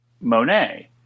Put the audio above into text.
Monet